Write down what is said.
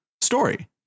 story